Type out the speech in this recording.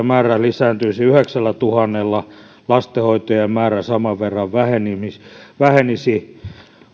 määrä lisääntyisi yhdeksällätuhannella lastenhoitajien määrä saman verran vähenisi vähenisi